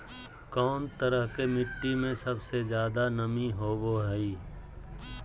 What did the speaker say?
कौन तरह के मिट्टी में सबसे जादे नमी होबो हइ?